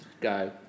go